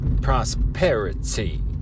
Prosperity